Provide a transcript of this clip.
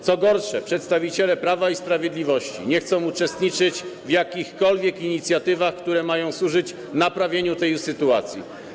Co gorsze, przedstawiciele Prawa i Sprawiedliwości nie chcą uczestniczyć w jakichkolwiek inicjatywach, które mają służyć naprawieniu tej sytuacji.